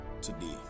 today